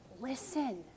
Listen